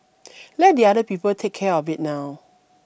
let the other people take care of it now